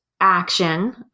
action